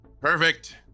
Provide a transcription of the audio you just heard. perfect